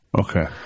Okay